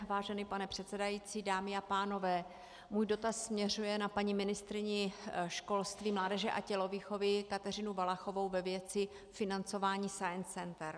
Vážený pane předsedající, dámy a pánové, můj dotaz směřuje na paní ministryni školství, mládeže a tělovýchovy Kateřinu Valachovou ve věci financování science center.